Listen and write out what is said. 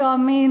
המין,